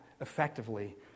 effectively